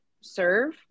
serve